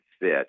fit